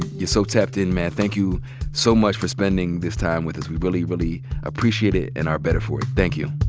so tapped in, man. thank you so much for spending this time with us. we really, really appreciate it and are better for it. thank you.